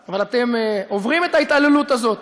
אבל אתם עוברים את ההתעללות הזאת.